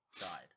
died